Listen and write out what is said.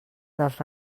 dels